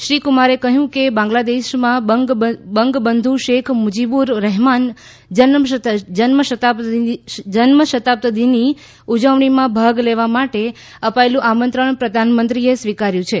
શ્રી ક્રમારે કહ્યું કે બાંગ્લાદેશમાં બંગબંધુ શેખ મુજીબુર રહેમાન જન્મશતાબ્દીની ઉજવણીમાં ભાગ લેવા અપાયેલું આમંત્રણ પ્રધાનમંત્રીએ સ્વીકાર્યુ છે